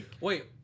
Wait